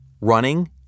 running